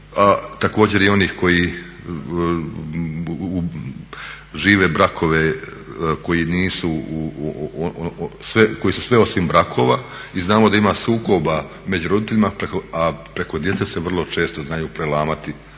također i onih koji žive brakove koji nisu, koji su sve osim brakova i znamo da ima sukoba među roditeljima, a preko djece se vrlo često znaju prelamati